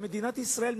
במדינת ישראל,